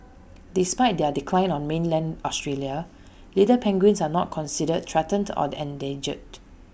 despite their decline on mainland Australia little penguins are not considered threatened or endangered